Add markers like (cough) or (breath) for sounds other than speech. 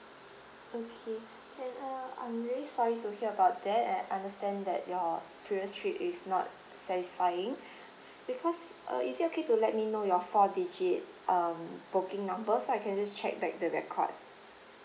okay can uh I'm really sorry to hear about that I understand that your previous trip is not satisfying (breath) because uh is it okay to let me know your four digit um booking number so I can just check back the record